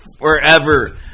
forever